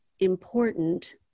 Important